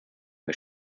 was